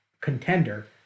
contender